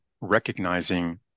recognizing